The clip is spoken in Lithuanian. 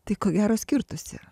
tai ko gero skirtųsi